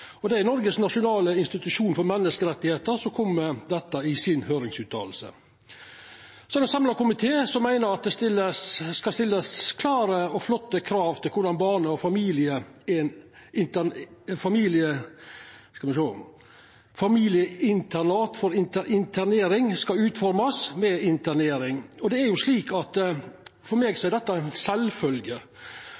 eksisterande regelverk. Det er Noregs nasjonale institusjon for menneskerettar som kom med dette i si utsegn i høyringa. Ein samla komité meiner det skal stillast klare og flotte krav til korleis barne- og familieinternat for internering skal utformast. For meg